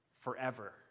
forever